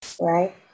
right